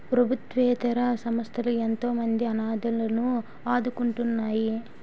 ప్రభుత్వేతర సంస్థలు ఎంతోమంది అనాధలను ఆదుకుంటున్నాయి